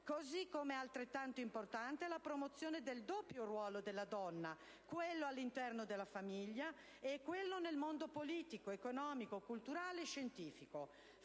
comunicazione. Altrettanto importante è la promozione del doppio ruolo della donna, quello all'interno della famiglia e quello nell'ambito del mondo politico, economico, culturale e scientifico.